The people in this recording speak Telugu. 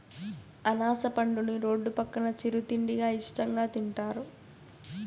అనాస పండుని రోడ్డు పక్కన చిరు తిండిగా ఇష్టంగా తింటారు